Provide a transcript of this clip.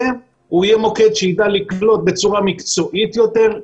הוא יהיה מוקד שיידע לקלוט בצורה מקצועית יותר,